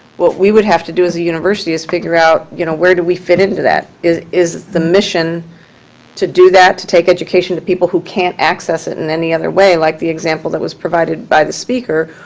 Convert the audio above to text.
what we would have to do as a university is figure out you know where do we fit into that. is is the mission to do that, to take education to people who can't access it in any other way, like the example that was provided by the speaker,